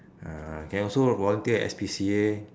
uh can also volunteer at S_P_C_A